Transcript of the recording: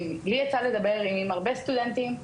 לי יצא לדבר עם הרבה סטודנטים,